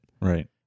Right